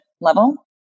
level